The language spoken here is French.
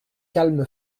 calme